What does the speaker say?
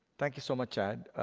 thank you so much, chad.